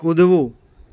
કૂદવું